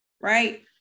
right